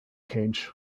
cage